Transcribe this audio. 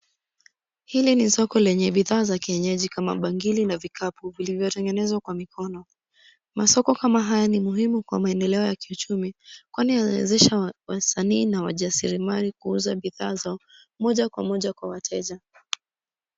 Hili ni soko lenye bithaa za kienyeji kama bangili na vikapu vilivyotengenezwa kwa mikono, masoko kama haya ni muhimu kwa maendeleo ya kichumi. Kwani yawezesha wasanii na wajaserimali kuuza bithaa zao moja kwa moja kwa wateja.